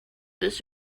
this